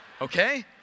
Okay